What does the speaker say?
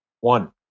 One